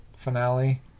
finale